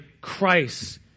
Christ